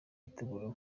yiteguye